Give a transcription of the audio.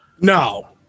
No